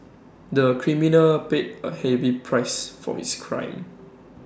the criminal paid A heavy price for his crime